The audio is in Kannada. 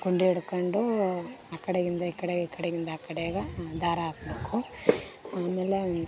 ಗುಂಡಿ ಹಿಡ್ಕೊಂಡು ಆ ಕಡೆಗಿಂದ ಈ ಕಡೆ ಈ ಕಡೆಗಿಂದ ಆ ಕಡೆಗ ದಾರ ಹಾಕ್ಬೇಕು ಆಮೇಲೆ